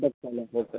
bus അല്ലേ bus